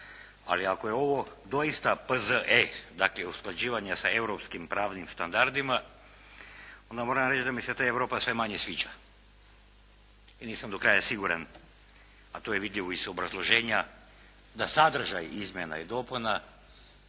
Ali ako je ovo doista P.Z.E. dakle usklađivanje sa europskim pravnim standardima onda moram reći da mi se ta Europa sve manje sviđa i nisam do kraja siguran, a to je vidljivo iz obrazloženja da sadržaj izmjena i dopuna